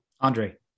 andre